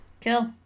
Cool